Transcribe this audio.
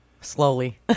Slowly